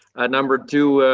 ah number two,